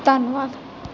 ਧੰਨਵਾਦ